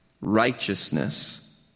righteousness